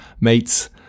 mates